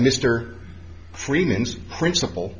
mr freeman's principle